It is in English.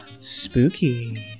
spooky